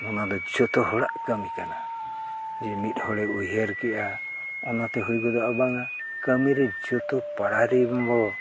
ᱚᱱᱟ ᱫᱚ ᱡᱚᱛᱚ ᱦᱚᱲᱟᱜ ᱠᱟᱹᱢᱤ ᱠᱟᱱᱟ ᱡᱮ ᱢᱤᱫ ᱦᱚᱲᱮ ᱩᱭᱦᱟᱹᱨ ᱠᱮᱫᱼᱟ ᱚᱱᱟᱛᱮ ᱦᱩᱭ ᱜᱚᱫᱚᱜᱼᱟ ᱵᱟᱝᱟ ᱠᱟᱹᱢᱤ ᱨᱮ ᱡᱚᱛᱚ ᱯᱟᱲᱟ ᱨᱮᱱᱵᱚ